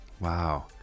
Wow